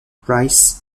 price